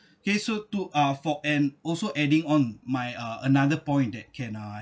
okay so to uh for and also adding on my uh another point that can uh